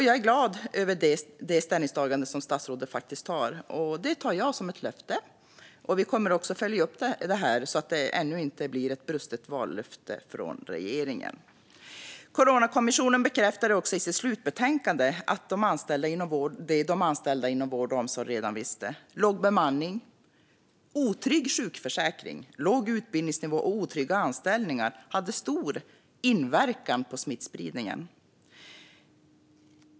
Jag är glad över statsrådets ställningstagande och tar det som ett löfte. Vi kommer också att följa upp detta så att det inte blir ännu ett brutet vallöfte från regeringen. Coronakommissionen bekräftade i sitt slutbetänkande det de anställda inom vård och omsorg redan visste: Låg bemanning, otrygg sjukförsäkring, låg utbildningsnivå och otrygga anställningar hade stor inverkan på smittspridningen.